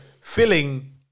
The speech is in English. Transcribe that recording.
filling